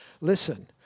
Listen